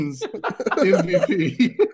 MVP